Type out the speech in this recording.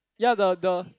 ya the the